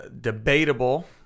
Debatable